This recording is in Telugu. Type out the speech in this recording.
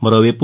మరోవైపు